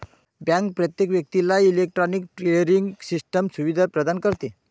bank प्रत्येक व्यक्तीला electronic clearing system सुविधा प्रदान करते